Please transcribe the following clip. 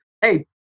hey